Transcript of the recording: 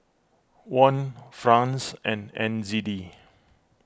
Won France and N Z D